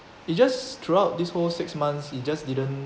it just throughout this whole six months it just didn't